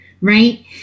right